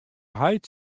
heit